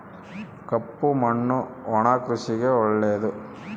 ಕಪ್ಪು ಮಣ್ಣು ಒಣ ಕೃಷಿಗೆ ಒಳ್ಳೆಯದು